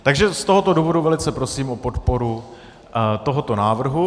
Takže z tohoto důvodu velice prosím o podporu tohoto návrhu.